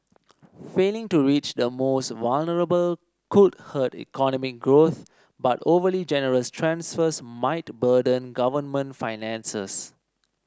failing to reach the most vulnerable could hurt economic growth but overly generous transfers might burden government finances